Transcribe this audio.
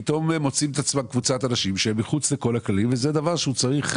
פתאום מוצאים את עצמם קבוצת אנשים שהם מחוץ לכל הכללים וזה דבר שצריך,